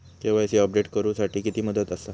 KYC update करू साठी किती मुदत आसा?